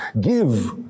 Give